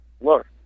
look